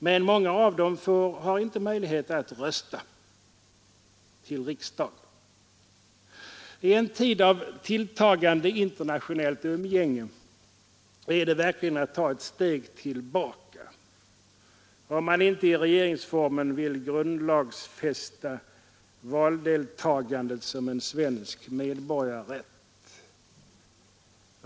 Men många av dem har inte möjlighet att rösta till riksdagen. I en tid av tilltagande internationellt umgänge är det verkligen att ta ett steg tillbaka, om man inte i regeringsformen vill grundlagfästa valdeltagandet som en svensk medborgarrätt.